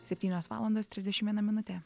septynios valandos trisdešim viena minutė